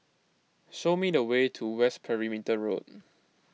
show me the way to West Perimeter Road